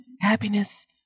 happiness